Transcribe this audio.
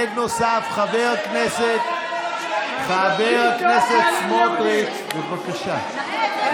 מתנגד נוסף, חבר הכנסת סמוטריץ', בבקשה.